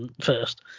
first